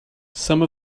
some